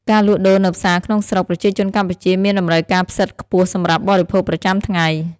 ការលក់ដូរនៅផ្សារក្នុងស្រុកប្រជាជនកម្ពុជាមានតម្រូវការផ្សិតខ្ពស់សម្រាប់បរិភោគប្រចាំថ្ងៃ។